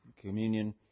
communion